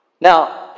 Now